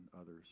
others